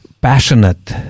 passionate